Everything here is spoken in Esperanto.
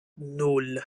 nul